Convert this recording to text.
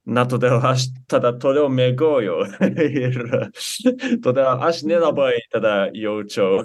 na todėl aš tada toliau miegojau ir tada aš nelabai tada jaučiau